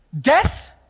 death